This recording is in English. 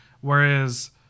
Whereas